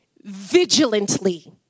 vigilantly